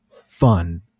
fun